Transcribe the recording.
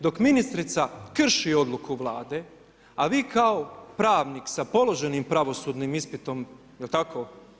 Dok ministrica krši odluku Vlade, a vi kao pravnik sa položenim pravosudnim ispitom, je li tako?